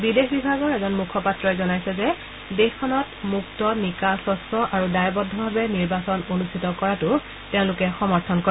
বিদেশ বিভাগৰ এজন মুখপাত্ৰই জনাইছে যে দেশখনত মুক্ত নিকা স্বছ্ আৰু দায়বদ্ধভাৱে নিৰ্বাচন অনুষ্ঠিত কৰাটো তেওঁলোকে সমৰ্থন কৰে